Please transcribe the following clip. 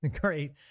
Great